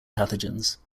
pathogens